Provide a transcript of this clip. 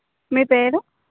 మీ పేరు